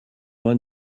vingt